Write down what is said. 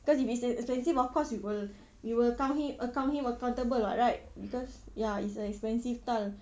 because if it's an expensive of course we will we will count him account him accountable [what] right because ya it's a expensive tile